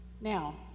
now